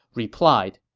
replied,